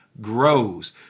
grows